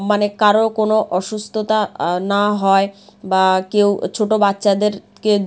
মানে কারোর কোনো অসুস্থতা না হয় বা কেউ ছোটো বাচ্চাদেরকে